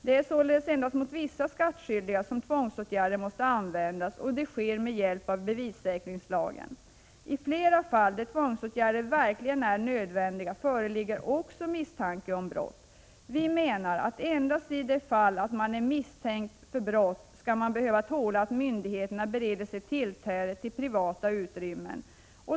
Det är således endast mot vissa skattskyldiga som tvångsåtgärderna måste användas, och det sker med hjälp av bevissäkringslagen. I flera fall där tvångsåtgärder verkligen är nödvändiga föreligger också misstanke om brott. Vi menar att man endast i det fall att man är misstänkt för brott skall behöva tåla att myndigheterna bereder sig tillträde till ens privata utrymmen.